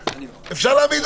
גם של חתונות